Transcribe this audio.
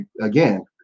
again